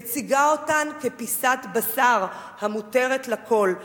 מציגה אותן כפיסת בשר המותרת לכול.